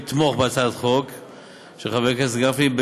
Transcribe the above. ועדת השרים לענייני חקיקה החליטה לתמוך בהצעת החוק של חבר הכנסת גפני,